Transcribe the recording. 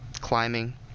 climbing